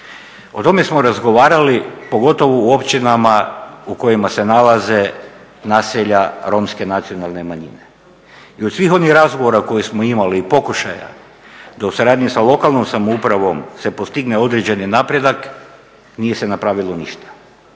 o tome smo razgovarali pogotovo u općinama u kojima se nalaze naselja Romske nacionalne manjine. I od svih onih razgovora koje smo imali i pokušaja do suradnje sa lokalnom samoupravom se postigne određeni napredak nije se napravilo ništa.